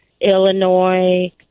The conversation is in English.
Illinois